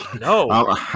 No